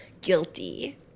guilty